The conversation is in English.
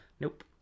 Nope